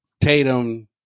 Tatum